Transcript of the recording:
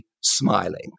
smiling